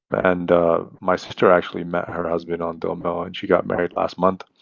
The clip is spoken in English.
and my sister actually met her husband on dil mil. and she got married last month.